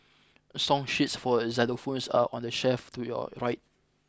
song sheets for a xylophones are on the shelf to your right